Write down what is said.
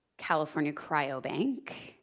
california cryobank,